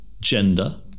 gender